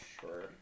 Sure